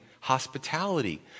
hospitality